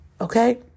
Okay